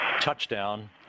Touchdown